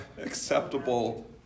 Acceptable